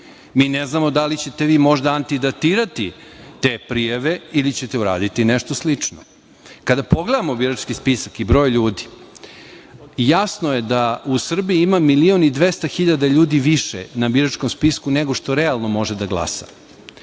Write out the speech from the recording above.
Mi ne znamo da li ćete vi možda antidatirati te prijave ili ćete uraditi nešto slično. Kada pogledamo birački spisak i broj ljudi, jasno je da u Srbiji ima 1.200.000 ljudi više na biračkom spisku, nego što realno može da glasa.